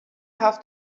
have